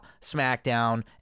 SmackDown